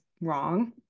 wrong